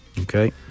Okay